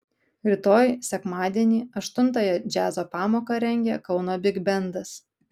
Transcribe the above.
rytoj sekmadienį aštuntąją džiazo pamoką rengia kauno bigbendas